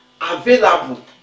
available